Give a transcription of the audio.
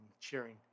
cheering